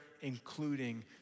including